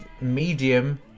medium